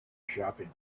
shopping